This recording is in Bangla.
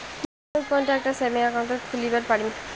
মুই কোনঠে একটা সেভিংস অ্যাকাউন্ট খুলিবার পারিম?